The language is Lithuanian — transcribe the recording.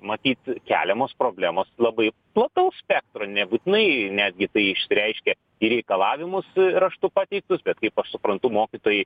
matyt keliamos problemos labai plataus spektro nebūtinai netgi tai išreiškia į reikalavimus raštu pateiktus bet kaip aš suprantu mokytojai